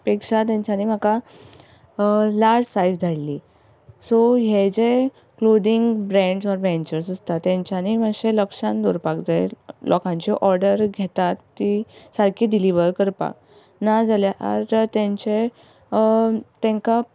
पेक्षा तेंच्यांनी म्हाका लार्ज साइज धाडली सो हे जे क्लोथींग ब्रँड्स ओर वैंचर्स आसता तांच्यांनी मातशें लक्षांत दवरपाक जाय लोकांच्यो ऑर्डर घेतात ती सारकी डिलिव्हर करपाक ना जाल्यार तेंचे तेंकां